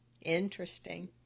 Interesting